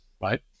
right